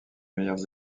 meilleures